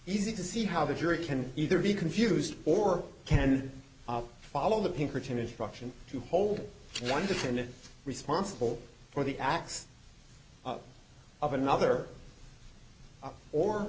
easy to see how the jury can either be confused or can follow the pinkerton is structured to hold one defendant responsible for the acts of another or